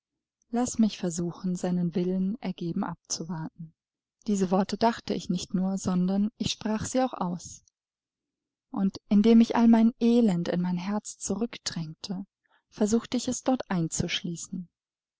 laß mich versuchen seinen willen ergeben abzuwarten diese worte dachte ich nicht nur sondern ich sprach sie auch aus und indem ich all mein elend in mein herz zurückdrängte versuchte ich es dort einzuschließen